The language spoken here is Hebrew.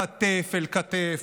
כתף אל כתף,